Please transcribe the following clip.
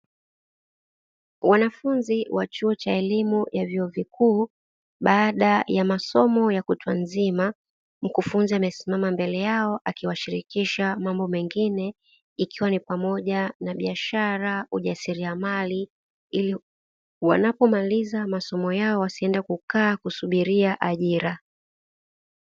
Wanafunzi wa chuo cha elimu ya vyuo vikuu baada ya masomo ya kutwa nzima, mkufunzi amesimama mbele yao akiwashirikisha mambo mengine. Ikiwa ni pamoja na biashara, ujasirimali ili wanapomaliza masomo yao wasiende kukaa kusubiri ajira.